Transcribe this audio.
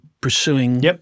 pursuing